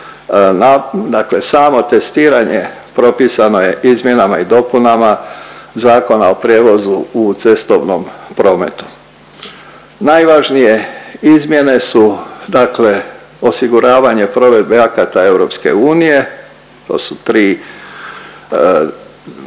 Dakle, samo testiranje propisano je izmjenama i dopunama Zakona o prijevozu u cestovnom prometu. Najvažnije izmjene su dakle osiguravanje provedbe akata EU, to su tri dakle